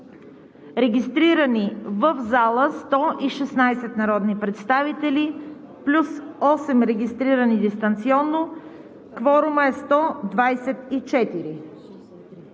Регистрирани в зала 116 народни представители плюс 8 регистрирани дистанционно – стават 124.